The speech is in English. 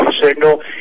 signal